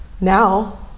Now